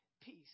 peace